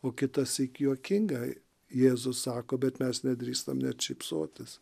o kitąsyk juokingai jėzus sako bet mes nedrįstam net šypsotis